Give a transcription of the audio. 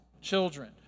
Children